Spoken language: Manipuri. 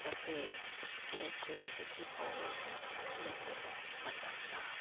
ꯑꯩꯈꯣꯏ ꯑꯦꯂꯦꯛꯇ꯭ꯔꯤꯛꯁꯤꯇꯤ ꯄꯋꯥꯔ ꯂꯩꯇꯕ ꯃꯇꯝꯗ